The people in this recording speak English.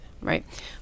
right